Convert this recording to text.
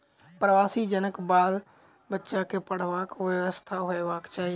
प्रवासी जनक बाल बच्चा के पढ़बाक व्यवस्था होयबाक चाही